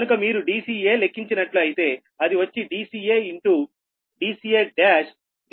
కనుక మీరు dca లెక్కించినట్లు అయితే అది వచ్చి dca into dca1dc1a into dc1a